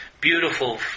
Beautiful